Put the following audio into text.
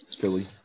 Philly